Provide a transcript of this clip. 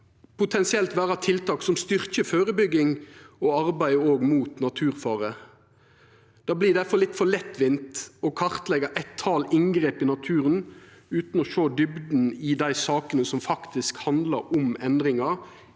potensielt vera tiltak som styrkjer førebygging og arbeid mot naturfare. Det vert difor litt for lettvint å kartleggja eit antal inngrep i naturen utan å sjå djupna i dei sakene som faktisk handlar om endringar